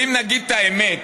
ואם נגיד את האמת,